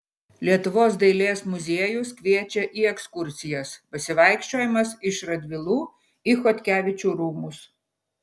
lietuvos dailės muziejus kviečia į ekskursijas pasivaikščiojimas iš radvilų į chodkevičių rūmus